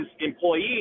employees